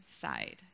side